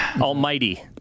Almighty